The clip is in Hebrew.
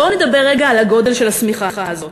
בואו נדבר רגע על הגודל של השמיכה הזאת,